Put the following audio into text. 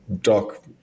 Doc